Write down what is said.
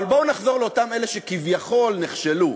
אבל בואו נחזור לאותם אלה שכביכול נכשלו: